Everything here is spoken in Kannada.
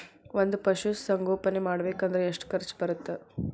ಒಂದ್ ಪಶುಸಂಗೋಪನೆ ಮಾಡ್ಬೇಕ್ ಅಂದ್ರ ಎಷ್ಟ ಖರ್ಚ್ ಬರತ್ತ?